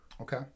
okay